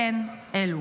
אם כן, אילו?